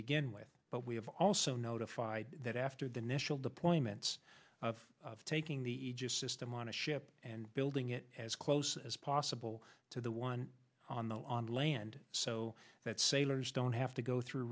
begin with but we have also notified that after the initial deployments of taking the aegis system on a ship and building it as close as possible to the one on the on land so that sailors don't have to go through